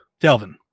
Delvin